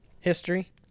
History